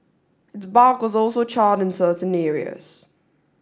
its bark was also charred in certain areas